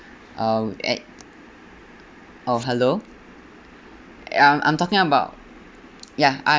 uh at oh hello ya I'm talking about ya I'm